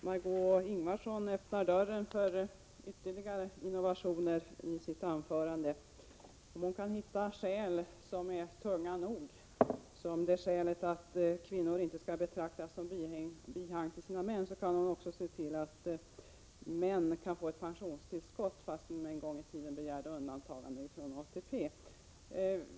Herr talman! Om hon kan finna skäl som är tunga nog, t.ex. att kvinnor inte skall betraktas som bihang till sina män, kan hon tänka sig att dessa män kan få ett pensionstillskott, trots att de en gång i tiden begärt undantagande från ATP.